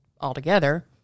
altogether